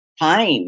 time